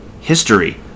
history